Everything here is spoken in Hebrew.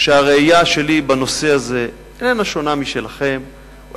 שהראייה שלי בנושא הזה איננה שונה משלכם,